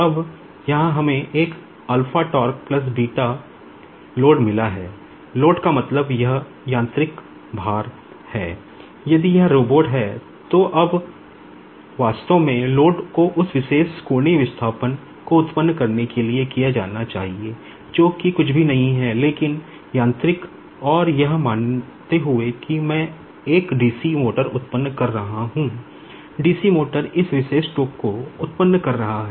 अब यहां हमें एक लोड मिला है लोड का मतलब है कि यह यांत्रिक भार को उत्पन्न कर रहा है